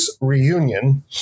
reunion